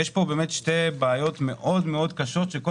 יש פה באמת שתי בעיות מאוד קשות שכל